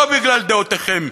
לא בגלל דעותיכם,